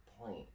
point